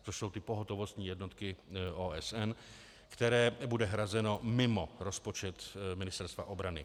To jsou ty pohotovostní jednotky OSN, které bude hrazeno mimo rozpočet Ministerstva obrany.